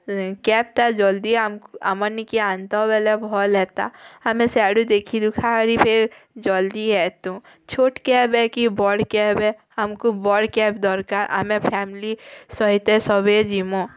କ୍ୟାବ୍ଟା ଜଲ୍ଦି ଆମ୍କୁ ଆମର୍ ନିକେ ଆନ୍ତ ବେଲେ ଭଲ୍ ହେତା ଆମେ ସିଆଡ଼ୁ ଦେଖି ଦୁଖା କରି ଫେର୍ ଜଲ୍ଦି ଏତୁ ଛୋଟ୍ କ୍ୟାବ୍ ହେ କେ ବଡ଼ କ୍ୟାବ୍ ହେ ଆମ୍କୁ ବଡ଼ କ୍ୟାବ୍ ଦରକାର୍ ଆମେ ଫ୍ୟାମିଲି ସହିତ ସଭେଁ ଯିମୁଁ